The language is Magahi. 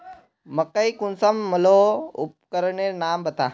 मकई कुंसम मलोहो उपकरनेर नाम बता?